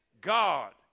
God